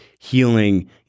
healing